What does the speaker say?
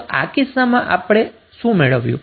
તો આ કિસ્સામાં આપણે શું મેળવ્યું